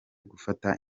gufata